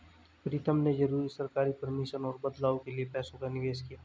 प्रीतम ने जरूरी सरकारी परमिशन और बदलाव के लिए पैसों का निवेश किया